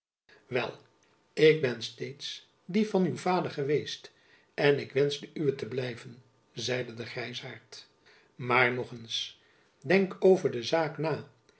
wel ik ben steeds die van uw vader geweest en ik wensch de uwe te blijven zeide de grijzaart jacob van lennep elizabeth musch maar nog eens denk over de zaak na